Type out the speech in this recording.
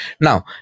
Now